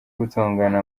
gutongana